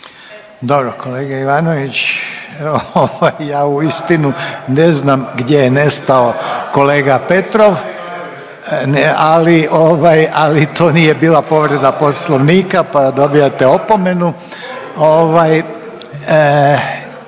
Dobro kolega Ivanović, ja uistinu ne znam gdje je nestao kolega Petrov, ali to nije bila povreda Poslovnika, pa dobijate opomenu.